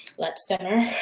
let simmer.